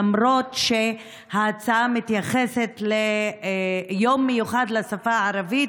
למרות שההצעה מתייחסת ליום מיוחד לשפה הערבית,